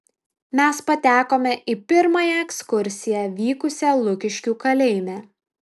mes patekome į pirmąją ekskursiją vykusią lukiškių kalėjime